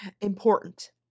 important